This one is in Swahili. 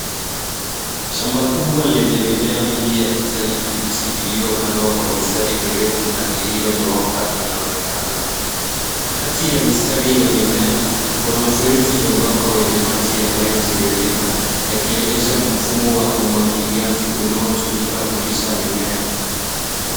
Shamba kubwa lenye mimea mingi ya kijani kibichi iliopandwa kwa mistari mirefu na ilioonyoka inaonekana. kati ya mistari ya mimea kuna mfereji mwembamba wenye maji yanayotiririka yakionyesha mfumo wa umwagiliaji unatumika kulisha mimea.